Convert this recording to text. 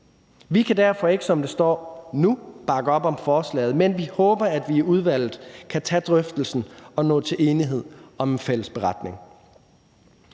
Vi kan derfor ikke, som det ligger nu, bakke op om forslaget, men vi håber, at vi i udvalget kan tage drøftelsen og nå til enighed om en fælles beretning.